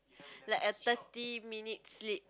like a thirty minutes sleep